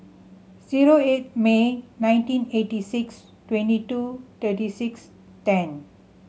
zero eight May nineteen eighty six twenty two thirty six ten